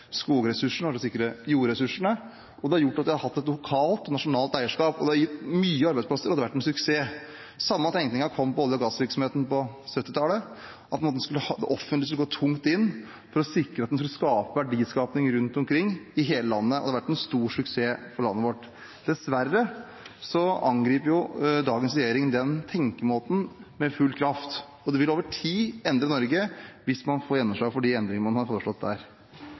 skogressursene, for å sikre jordressursene, og det har gjort at vi har hatt et lokalt og nasjonalt eierskap. Det har gitt mange arbeidsplasser, og det har vært en suksess. Den samme tenkningen kom med olje- og gassvirksomheten på 1970-tallet. Det offentlige skulle gå tungt inn for å sikre at en skulle skape verdiskaping rundt omkring i hele landet, og det har vært en stor suksess for landet vårt. Dessverre angriper dagens regjering den tenkemåten med full kraft, og det vil over tid endre Norge hvis man får gjennomslag for de endringene man har foreslått der.